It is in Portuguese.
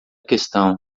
questão